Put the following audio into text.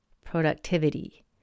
productivity